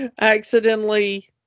accidentally